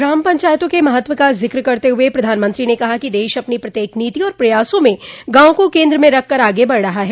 ग्राम पंचायतों के महत्व का जिक्र करते हुए प्रधानमंत्री ने कहा कि देश अपनी प्रत्येक नीति और प्रयासों में गांवों को केन्द्र में रखकर आगे बढ़ रहा है